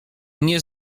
nie